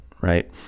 right